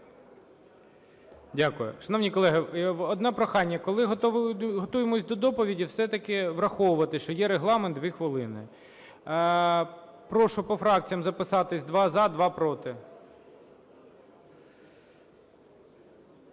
Дякую. Шановні колеги, одне прохання: коли готуємося до доповіді, все-таки враховувати, що є регламент – 2 хвилини. Прошу по фракціях записатися: два – за, два – проти.